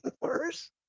worse